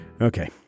Okay